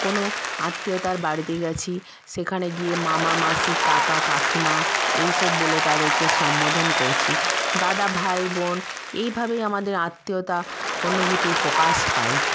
কোন আত্মীয়তার বাড়িতে গেছি সেখানে গিয়ে মামা মাসি কাকা কাকিমা এইসব বলে তাদেরকে সম্বোধন করছি দাদা ভাই বোন এইভাবেই আমাদের আত্মীয়তা অনুভূতি প্রকাশ পায়